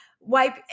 wipe